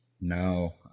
no